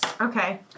Okay